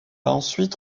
ensuite